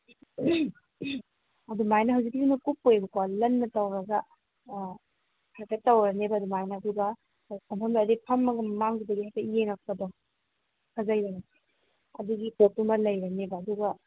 ꯑꯗꯨꯃꯥꯏꯅ ꯍꯧꯖꯤꯛꯀꯤꯁꯤꯅ ꯀꯨꯞꯄꯣꯏꯕꯀꯣ ꯂꯟꯅ ꯇꯧꯔꯒ ꯍꯥꯏꯐꯦꯠ ꯇꯧꯔꯅꯦꯕ ꯑꯗꯨꯃꯥꯏꯅ ꯑꯗꯨꯒ ꯐꯝꯐꯝꯗꯒꯤ ꯐꯝꯃꯒ ꯃꯃꯥꯡꯗꯨꯗꯒꯤ ꯍꯥꯏꯐꯦꯠ ꯌꯦꯡꯉꯛꯄꯗꯣ ꯐꯖꯩꯗꯅ ꯑꯗꯨꯒꯤ ꯄꯣꯠꯇꯨꯃ ꯂꯩꯔꯅꯦꯕ ꯑꯗꯨꯒ